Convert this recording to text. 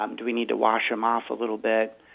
um do we need to wash them off a little bit?